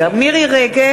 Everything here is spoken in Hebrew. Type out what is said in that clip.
(קוראת בשמות חברי הכנסת) מירי רגב,